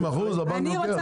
20% הבנק לוקח?